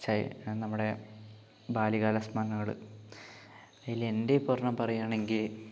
ചൈ നമ്മുടെ ബാല്യകാലസ്മരണകള് അതില് എൻ്റെയിപ്പോൾ ഒരെണ്ണം പറയുകയാണെങ്കിൽ